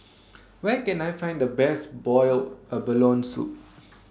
Where Can I Find The Best boiled abalone Soup